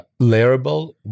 layerable